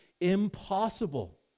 impossible